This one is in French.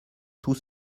tous